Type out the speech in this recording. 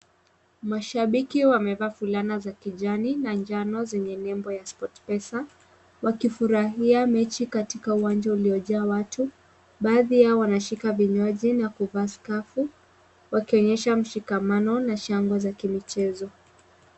Mashabiki wamevaa fulana za kijani na njano zenye nembo ya Sportpesa wakifurahia mechi katika uwanja uliojaa watu, baadhi yao wanashika vinywaji na kuvaa skafu wakionyesha mshikamano na shangwe za kimchezo.